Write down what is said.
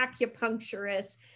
acupuncturist